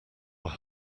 were